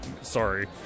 Sorry